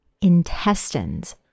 intestines